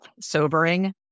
sobering